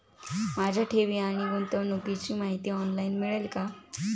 माझ्या ठेवी आणि गुंतवणुकीची माहिती ऑनलाइन मिळेल का?